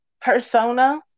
persona